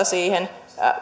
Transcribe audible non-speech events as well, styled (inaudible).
(unintelligible) siihen